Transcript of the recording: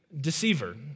deceiver